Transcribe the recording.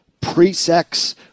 pre-sex